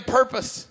purpose